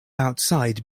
outside